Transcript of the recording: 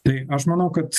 tai aš manau kad